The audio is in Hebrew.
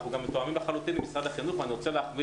אנחנו גם מתואמים לחלוטין עם משרד החינוך ואני רוצה להחמיא